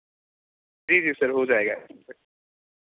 जी जी सर हो जाएगा